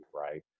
Right